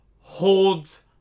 holds